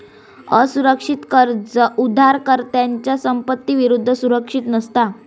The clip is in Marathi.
असुरक्षित कर्ज उधारकर्त्याच्या संपत्ती विरुद्ध सुरक्षित नसता